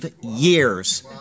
years